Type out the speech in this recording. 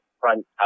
front